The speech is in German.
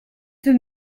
für